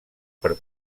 per